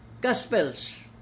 Gospels